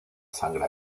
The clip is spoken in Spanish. sangre